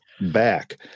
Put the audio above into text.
back